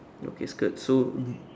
okay skirt so